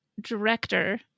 director